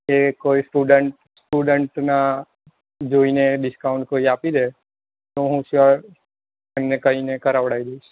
કે કોઈ સ્ટુડન્ટ સ્ટુડન્ટને જોઈને કોઈ ડીસ્કાઉન્ટ કોઈ આપી દે તો હું શ્યોર એમને કહીને કરાવડાવી દઈશ